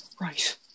Right